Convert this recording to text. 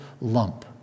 lump